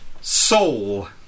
Soul